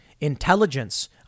intelligence